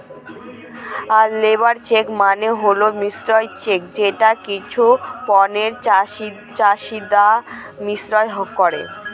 labour check মানে হল শ্রম চেক যেটা কিছু পণ্যের চাহিদা মিয়ন্ত্রন করে